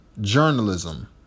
journalism